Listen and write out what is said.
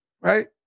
right